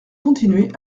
continuer